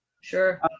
Sure